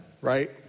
right